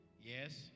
Yes